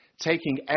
taking